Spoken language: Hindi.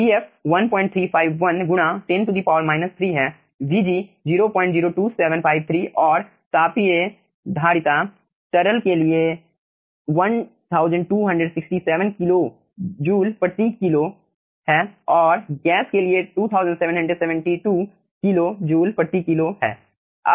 vf 1351 गुणा 10 3 है vg 002753 और तापीय धारिता तरल के लिए 1267 किलो जूल प्रति किलो KJKg है और गैस के लिए 2772 किलो जूल प्रति किलो KJKg है